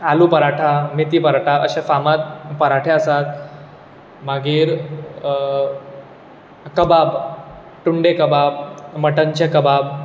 आलू पराठा मेथी पराठा अशे फामाद पराठे आसात मागीर कबाब टुंडे कबाब मटणाचे कबाब